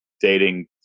dating